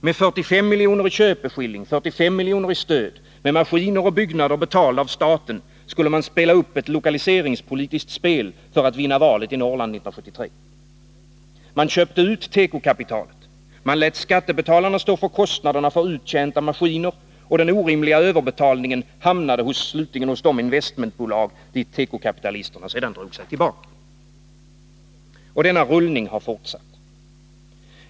Med 45 miljoner i köpeskilling, med 45 miljoner i stöd, med maskiner och byggnader betalda av staten skulle man spela upp ett lokaliseringspolitiskt spel för att vinna valet i Norrland 1973. Man köpte ut tekokapitalet, man lät skattebetalarna stå för kostnaderna för uttjänta maskiner, och den orimliga överbetalningen hamnade slutligen hos de investmentbolag dit tekokapitalisterna sedan drog sig tillbaka. Och denna rullning har fortsatt.